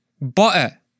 Butter